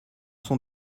sont